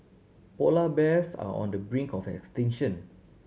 polar bears are on the brink of extinction